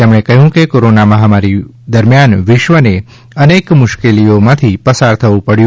તેમણે કહ્યું કે કોરોના મહામારી દરમિયાન વિશ્વને અનેક મુશ્કેલીઓથી પસાર થવું પડ્યું